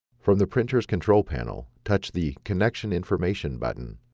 from the printer's control panel, touch the connection information button.